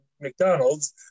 McDonald's